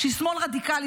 היא שמאל רדיקלי,